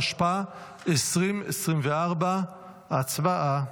התשפ"ה 2024. הצבעה.